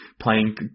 playing